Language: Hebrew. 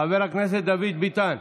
חבר הכנסת דוד ביטן.